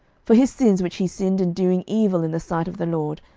for his sins which he sinned in doing evil in the sight of the lord,